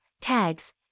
Tags